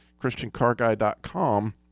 christiancarguy.com